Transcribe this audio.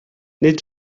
nid